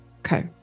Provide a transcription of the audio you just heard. Okay